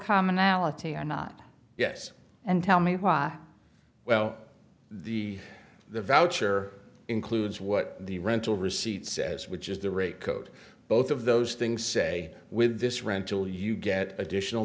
commonality are not yes and tell me well the the voucher includes what the rental receipt says which is the rate code both of those things say with this rental you get additional